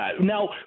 Now